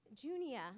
Junia